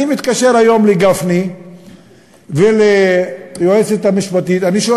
אני מתקשר היום לגפני וליועצת המשפטית ואני שואל